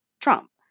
Trump